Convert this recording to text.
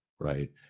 Right